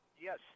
Yes